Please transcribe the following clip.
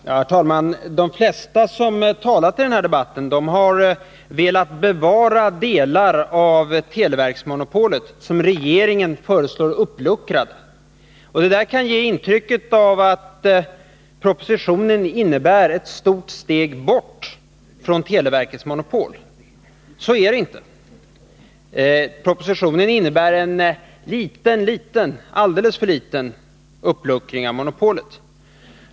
Herr talman! De flesta som har talat i denna debatt har velat bevara delar av televerksmonopolet som regeringen föreslår uppluckrat. Detta kan ge intryck av att propositionen innebär ett stort steg bort från televerkets monopol. Så är det inte. Propositionen innebär en liten, alldeles för liten, uppluckring av monopolet.